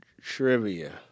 trivia